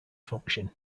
function